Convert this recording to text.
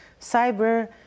Cyber